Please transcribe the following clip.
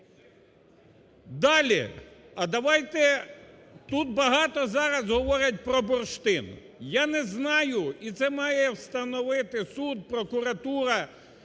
Далі. А давайте, тут багато зараз говорять про бурштин, я не знаю і це має встановити суд, прокуратура,